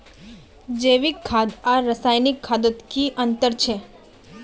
जैविक खाद आर रासायनिक खादोत की अंतर छे?